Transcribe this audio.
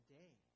day